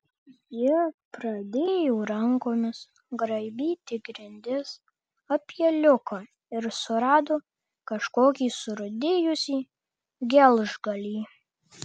ji pradėjo rankomis graibyti grindis apie liuką ir surado kažkokį surūdijusį gelžgalį